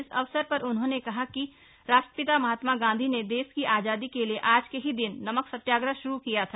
इस अवसर पर उन्होंने कहा कि राष्ट्रपिता महात्मा गांधी ने देश की आजादी के लिए आज ही के दिन नमक सत्याग्रह श्रू किया था